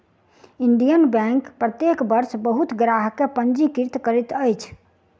Indian Bank प्रत्येक वर्ष बहुत ग्राहक के पंजीकृत करैत अछि